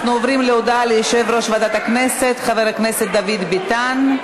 אנחנו עוברים להודעה ליושב-ראש ועדת הכנסת חבר הכנסת דוד ביטן.